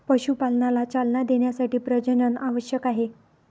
पशुपालनाला चालना देण्यासाठी प्रजनन आवश्यक आहे